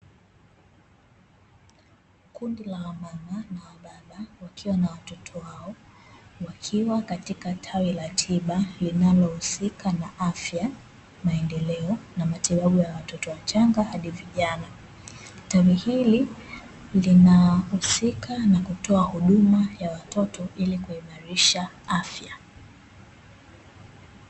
Kundi la wamama na wababa wakiwa na watoto wao, wakiwa katika tawi la tiba linalohusika na afya, maendeleo na matibabu ya watoto wachanga hadi vijana. Tawi hili linahusika na kutoa huduma ya watoto ili kuimarisha afya.